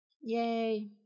yay